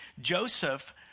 Joseph